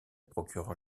procureur